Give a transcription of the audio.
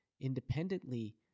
independently